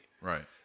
Right